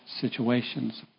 situations